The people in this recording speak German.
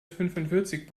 fünfundvierzig